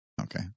Okay